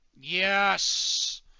Yes